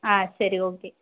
ஆ சரி ஓகே